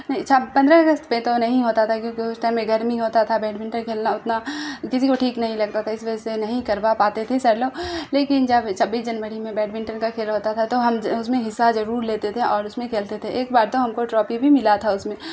پندرہ اگست پہ تو نہیں ہوتا تھا کیونکہ اس ٹائم میں گرمی ہوتا تھا بیڈمنٹن کھیلنا اتنا کسی کو ٹھیک نہیں لگتا تھا اس وجہ سے نہیں کروا پاتے تھے سر لوگ لیکن جب چھبیس جنوری میں بیڈمنٹن کا کھیل ہوتا تھا تو ہم جو ہے اس میں حصہ ٖٖٖضرور لیتے تھے اور اس میں کھیلتے تھے ایک بار تو ہم کو ٹرافی بھی ملا تھا اس میں